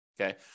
okay